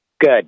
Good